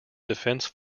defence